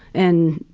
and,